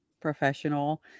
professional